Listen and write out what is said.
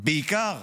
בעיקר